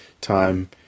time